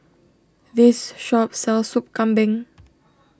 this shop sells Soup Kambing